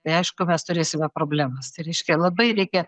tai aišku mes turėsime problemas tai reiškia labai reikia